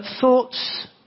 thoughts